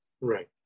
Right